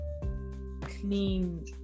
clean